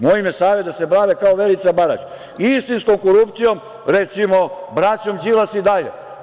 Moj im je savet da se bave kao Verica Barać, istinskom korupcijom, recimo, braćom Đilas i dalje.